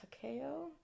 Takeo